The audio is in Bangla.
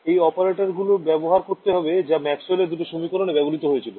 ঐ অপারেটর গুলো ব্যবহার করতে হবে যা ম্যাক্সওয়েলের দুটো সমীকরণে ব্যবহৃত হয়েছিল